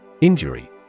Injury